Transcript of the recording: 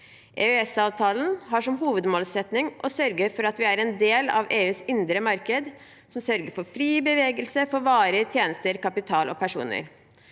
EØS-avtalen har som hovedmålsetting å sørge for at vi er en del av EUs indre marked, som sørger for fri bevegelse av varer, tjenester, kapital og personer.